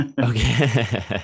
Okay